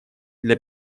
для